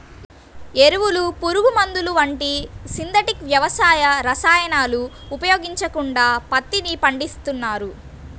ఎరువులు, పురుగుమందులు వంటి సింథటిక్ వ్యవసాయ రసాయనాలను ఉపయోగించకుండా పత్తిని పండిస్తున్నారు